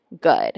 good